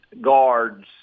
guards